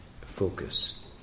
focus